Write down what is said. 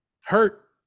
hurt